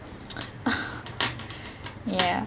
ya